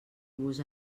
vos